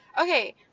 Okay